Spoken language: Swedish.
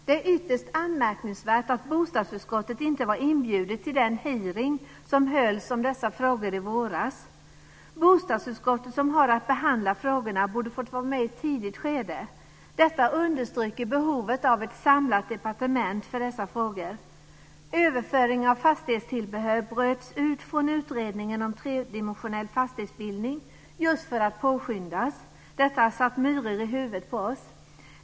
Det är ytterst anmärkningsvärt att bostadsutskottet inte var inbjudet till den hearing som hölls om dessa frågor i våras. Bostadsutskottet, som har att behandla frågorna, borde ha fått vara med i ett tidigt skede. Detta understryker behovet av ett samlat departement för dessa frågor. Överföring av fastighetstillbehör bröts ut från utredningen om tredimensionell fastighetsbildning, just för att detta skulle påskyndas. Det här har satt myror i huvudet på oss.